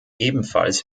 ebenfalls